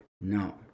no